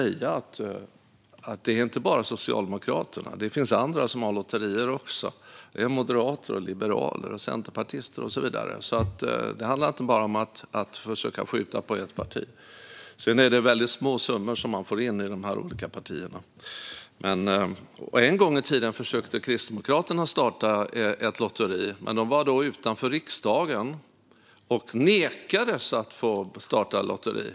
Det är inte bara Socialdemokraterna utan även andra partier som har lotterier, nämligen moderater, liberaler, centerpartister och så vidare. Det är alltså inte fråga om att skjuta på ett parti. Sedan är det mycket små summor som partierna får in. En gång i tiden försökte Kristdemokraterna starta ett lotteri, men partiet var då utanför riksdagen. Partiet nekades att få starta lotteri.